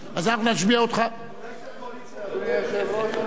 אולי שהקואליציה תודה שאין לה רוב?